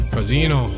Casino